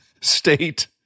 state